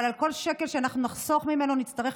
אבל על כל שקל שאנחנו נחסוך ממנו נצטרך